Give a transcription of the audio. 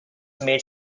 made